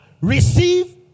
receive